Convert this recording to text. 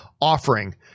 offering